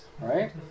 right